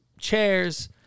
chairs